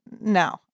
no